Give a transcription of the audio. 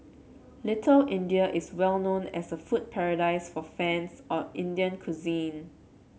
Little India is well known as a food paradise for fans of Indian cuisine